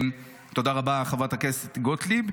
תודה רבה, חברת הכנסת גוטליב.